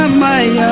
um my